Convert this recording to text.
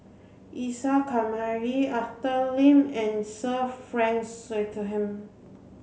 Isa Kamari Arthur Lim and Sir Frank Swettenham